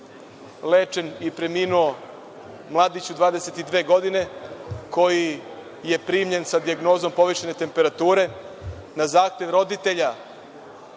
lečen i preminuo mladić od 22 godine koji je primljen sa dijagnozom povišene temperature na zahtev roditelja